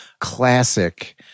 classic